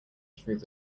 through